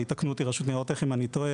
ויתקנו אותי רשות ניירות ערך אם אני טועה